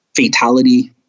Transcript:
fatality